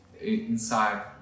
inside